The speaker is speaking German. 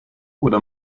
oder